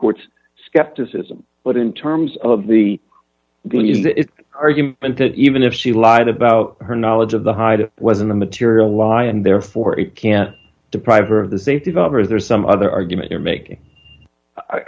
court's skepticism but in terms of the argument that even if she lied about her knowledge of the hide it was an immaterial lie and therefore it can deprive her of the safety of others or some other argument you're making i